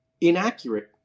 inaccurate